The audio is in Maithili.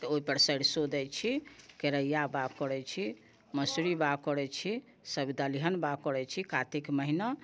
आ तऽ ओहि पर सरसो दै छी केरैया बाग करैत छी मसुरी बाग करैत छी सभ दलहन बाग करैत छी कातिक महिना